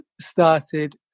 started